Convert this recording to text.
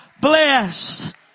blessed